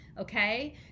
Okay